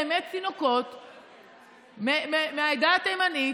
באמת אחוזי התמותה האמיתיים של התינוקות מהעדה התימנית.